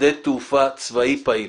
שדה תעופה צבאי פעיל.